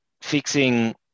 Fixing